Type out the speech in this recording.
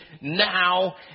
now